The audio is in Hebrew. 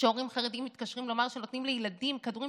כשהורים חרדים מתקשרים לומר שנותנים לילדים כדורים